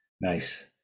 nice